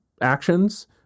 actions